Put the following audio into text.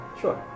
Sure